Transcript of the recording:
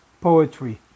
poetry